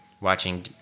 watching